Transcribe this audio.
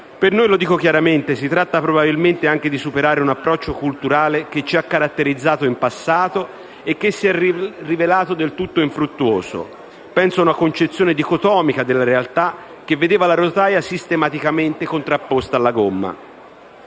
Per noi - lo dico chiaramente - si tratta probabilmente anche di superare un approccio culturale che ci ha caratterizzato in passato e che si è rivelato del tutto infruttuoso: penso a una concezione dicotomica della realtà, che vedeva la rotaia sistematicamente contrapposta alla gomma.